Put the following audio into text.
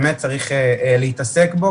הצטרף אלינו עכשיו חבר הכנסת יצחק פינדרוס,